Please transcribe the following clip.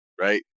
right